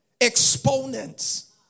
Exponents